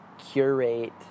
curate